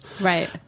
right